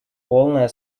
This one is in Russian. полное